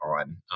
on